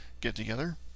get-together